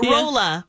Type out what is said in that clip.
Rolla